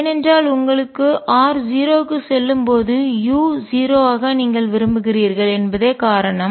ஏன் என்றால் உங்களுக்கு r 0 க்கு செல்லும்போது u 0 ஆக நீங்கள் விரும்புகிறீர்கள் என்பதே காரணம்